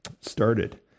started